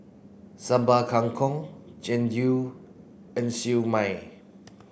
Sambal Kangkong Jian Dui and Siew Mai